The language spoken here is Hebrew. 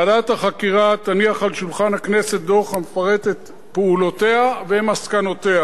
ועדת החקירה תניח על שולחן הכנסת דוח המפרט את פעולותיה ומסקנותיה.